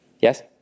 Yes